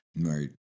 Right